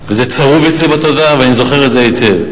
זה צרוב אצלי בתודעה ואני זוכר את זה היטב.